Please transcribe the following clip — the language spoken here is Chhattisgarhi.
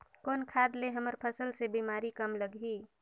कौन खाद ले हमर फसल मे बीमारी कम लगही?